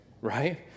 right